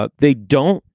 ah they don't,